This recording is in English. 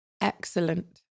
Excellent